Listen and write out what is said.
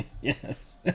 Yes